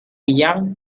young